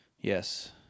Yes